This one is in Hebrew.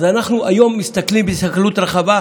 אז אנחנו היום מסתכלים בהסתכלות רחבה.